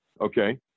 Okay